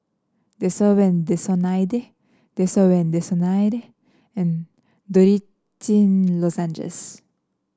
Desowen Desonide Desowen Desonide and Dorithricin Lozenges